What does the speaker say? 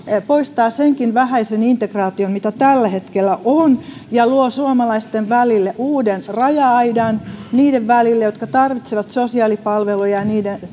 poistaa senkin vähäisen integraation mitä tällä hetkellä on ja luo suomalaisten välille uuden raja aidan niiden välille jotka tarvitsevat sosiaalipalveluja